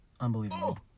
Unbelievable